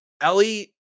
Ellie